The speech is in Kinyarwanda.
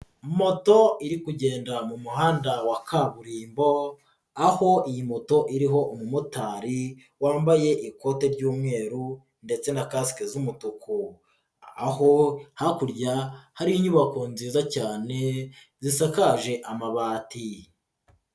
Moto iri kugenda mu muhanda wa kaburimbo aho iyi moto iriho umumotari wambaye ikote ry'umweru ndetse na kasike z'umutuku. Aho hakurya hari inyubako nziza cyane zisakaje amabati.